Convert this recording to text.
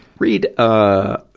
read, ah,